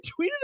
tweeted